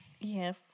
yes